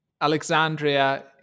Alexandria